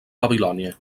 babilònia